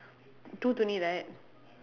two right